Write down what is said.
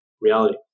reality